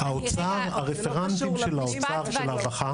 האוצר הרפרנטים של הרווחה